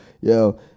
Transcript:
Yo